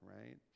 right